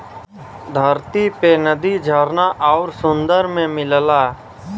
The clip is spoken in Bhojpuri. धरती पे नदी झरना आउर सुंदर में मिलला